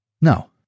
No